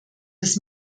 des